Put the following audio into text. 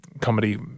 comedy